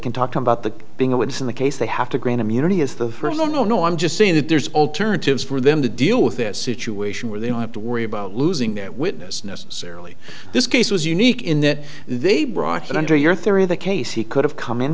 can talk about the being a witness in the case they have to grant immunity is the first one no no i'm just saying that there's alternatives for them to deal with this situation where they don't have to worry about losing that witness necessarily this case was unique in that they brought it under your theory that casey could have come in